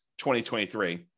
2023